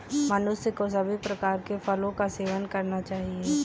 मनुष्य को सभी प्रकार के फलों का सेवन करना चाहिए